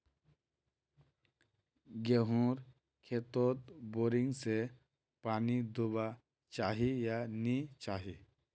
गेँहूर खेतोत बोरिंग से पानी दुबा चही या नी चही?